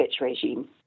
regime